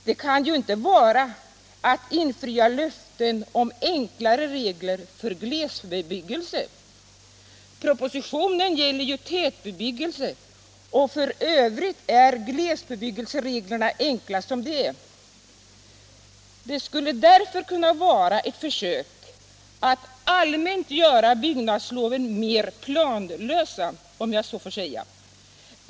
Det kan inte vara att infria löften om enklare regler för glesbebyggelse —- propositionen gäller ju tätbebyggelse, och f. ö. är glesbebyggelsereglerna enkla som de är. Det skulle därför kunna vara ett försök att allmänt göra byggnadsloven mer planlösa, om jag så får säga.